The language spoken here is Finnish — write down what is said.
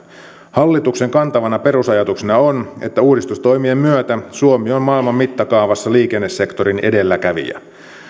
hallituksen kantavana perusajatuksena on että uudistustoimien myötä suomi on maailman mittakaavassa liikennesektorin edelläkävijä